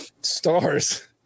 Stars